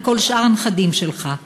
מכל שאר הנכדים שלך.